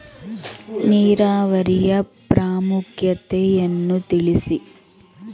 ನೀರಾವರಿಯ ಪ್ರಾಮುಖ್ಯತೆ ಯನ್ನು ತಿಳಿಸಿ?